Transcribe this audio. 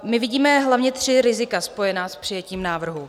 My vidíme hlavně tři rizika spojená s přijetím návrhu.